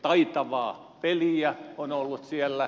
taitavaa peliä on ollut siellä